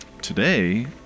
today